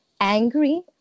angry